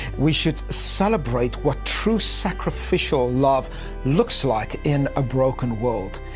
we should celebrate what true sacrificial love looks like in a broken world.